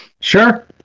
Sure